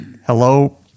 Hello